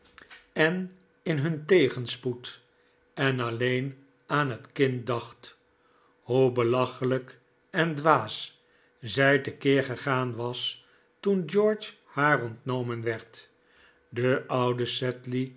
en in hun tegenspoed en alleen aan het kind dacht hoe belachelijk en dwaas zij te keer gegaan was toen george haar ontnomen werd de oude